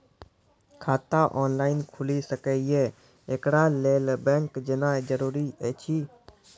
खाता ऑनलाइन खूलि सकै यै? एकरा लेल बैंक जेनाय जरूरी एछि?